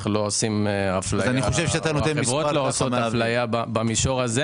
החברות לא עושות אפליה במישור הזה.